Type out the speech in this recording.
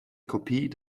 kopie